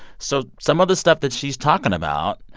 so some of the stuff that she's talking about,